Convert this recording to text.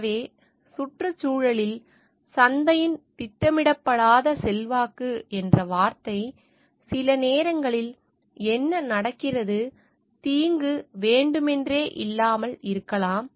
எனவே சுற்றுச்சூழலில் சந்தையின் திட்டமிடப்படாத செல்வாக்கு என்ற வார்த்தை சில நேரங்களில் என்ன நடக்கிறது தீங்கு வேண்டுமென்றே இல்லாமல் இருக்கலாம்